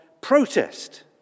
protest